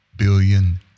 billion